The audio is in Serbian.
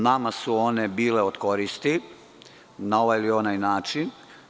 Nama su one bile od koristi, na ovaj ili onaj način.